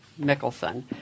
Mickelson